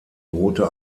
rote